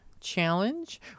Challenge